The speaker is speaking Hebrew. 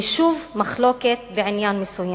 יישוב מחלוקת בעניין מסוים.